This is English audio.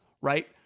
right